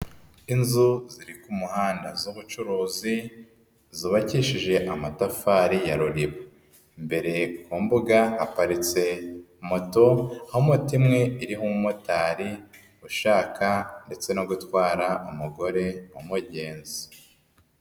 Inzu ziri ku muhanda z'ubucuruzi, zubakishije amatafari ya ruriba, imbere ku mbuga haparitse moto, aho moto imwe iriho umumotari ushaka ndetse no gutwara umugore w'umugenzi.